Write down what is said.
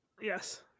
Yes